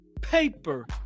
paper